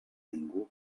ningú